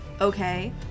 Okay